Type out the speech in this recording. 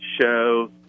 show